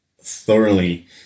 thoroughly